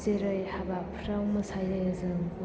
जेरै हाबाफोराव मोसायो जों